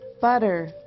butter